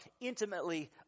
intimately